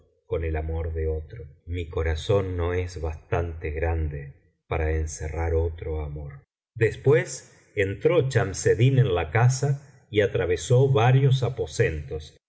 con el amor de otro mi corazón no es bastante grande para encerrar otro amor después entró chamseddin en la casa y atravesó varios aposentos